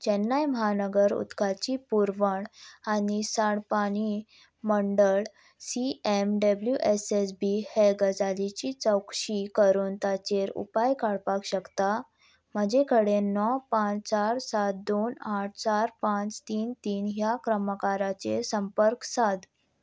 चेन्नय म्हानगर उदकाची पुरवण आनी सांडपाणी मंडळ C M W S S B हे गजालीची चौकशी करून ताचेर उपाय काडपाक शकता म्हजे कडेन णव पांच चार सात दोन आठ चार पांच तीन तीन ह्या क्रमांकाचेर संपर्क साद